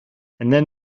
then